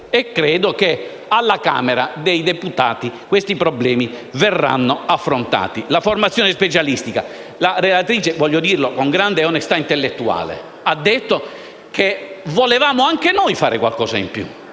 Credo che alla Camera dei deputati questi problemi verranno affrontati. Per quanto riguarda la formazione specialistica, la relatrice, con grande onestà intellettuale, ha detto che volevamo anche noi fare qualcosa in più.